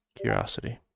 curiosity